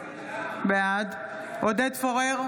בעד עודד פורר,